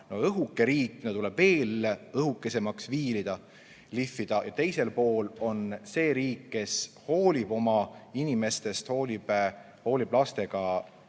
õhuke riik, mida tuleb veel õhemaks viilida, lihvida, ja teisel pool on riik, kes hoolib oma inimestest, hoolib lastega